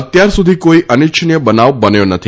અત્યાર સુધી કોઇ અનિચ્છનીય બનાવ બન્યો નથી